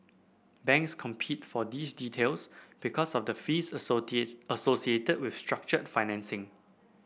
banks compete for these deals because of the fees associated with structured financing